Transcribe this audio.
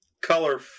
color